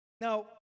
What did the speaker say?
Now